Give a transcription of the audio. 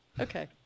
Okay